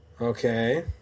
Okay